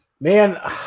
Man